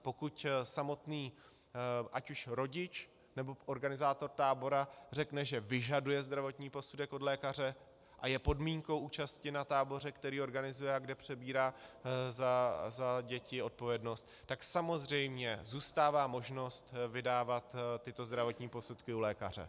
Pokud samotný ať už rodič, nebo organizátor tábora řekne, že vyžaduje zdravotní posudek od lékaře a je podmínkou účasti na táboře, který organizuje a kde přebírá za děti odpovědnost, tak samozřejmě zůstává možnost vydávat tyto zdravotní posudky u lékaře.